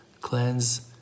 cleanse